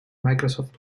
microsoft